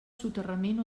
soterrament